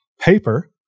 paper